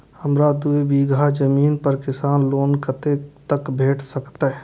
हमरा दूय बीगहा जमीन पर किसान लोन कतेक तक भेट सकतै?